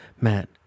Matt